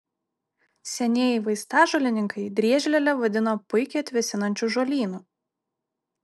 senieji vaistažolininkai driežlielę vadino puikiai atvėsinančiu žolynu